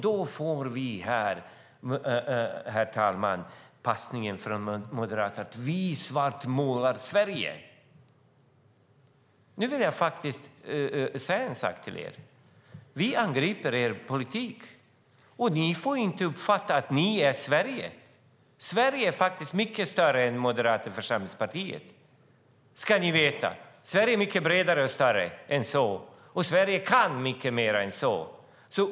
Då får vi här, herr talman, passningen från Moderaterna att vi svartmålar Sverige. Jag vill faktiskt säga en sak till Moderaterna. Vi angriper er politik. Ni får inte uppfatta att ni är Sverige. Sverige är mycket större än Moderata samlingspartiet, ska ni veta! Sverige är mycket bredare och större än så, och Sverige kan mycket mer än så.